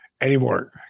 anymore